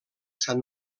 sant